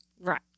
Right